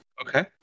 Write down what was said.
Okay